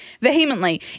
Vehemently